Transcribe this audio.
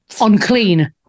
unclean